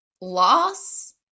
loss